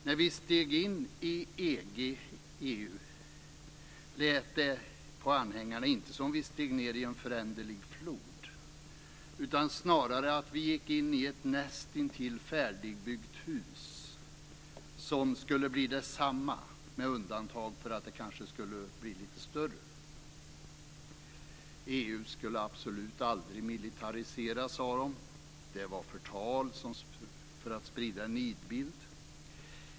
När vi steg in i EG/EU lät det inte på anhängarna som vi steg ned i en föränderlig flod, utan snarare som att vi gick in i ett nästintill färdigbyggt hus som skulle bli detsamma med undantag för att det kanske skulle bli lite större. EU skulle absolut aldrig militariseras, sade man. Att hävda det var förtal för att sprida en nidbild.